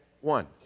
one